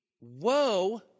Woe